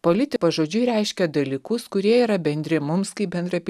pažodžiui reiškia dalykus kurie yra bendri mums kaip bendrapiliečiams